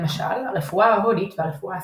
למשל הרפואה ההודית והרפואה הסינית.